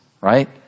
right